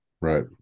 right